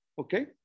Okay